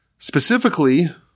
Specifically